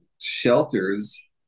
shelters